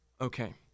Okay